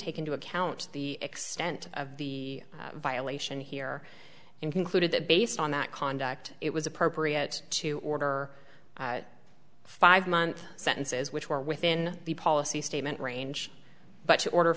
take into account the extent of the violation here and concluded that based on that conduct it was appropriate to order a five month sentences which were within the policy statement range but to order